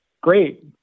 great